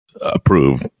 approve